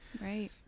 Right